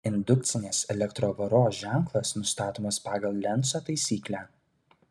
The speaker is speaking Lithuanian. indukcinės elektrovaros ženklas nustatomas pagal lenco taisyklę